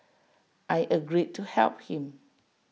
I agreed to help him